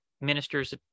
ministers